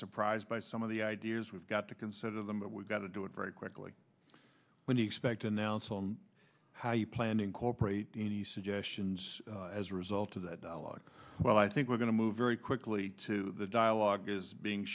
surprised by some of the ideas we've got to consider them but we've got to do it very quickly when you expect announce on how you plan to incorporate any suggestions as a result of that dialogue well i think we're going to move very quickly to the dialogue is being